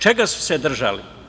Čega su se držali?